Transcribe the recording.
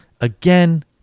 Again